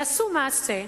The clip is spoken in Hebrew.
יעשו מעשה,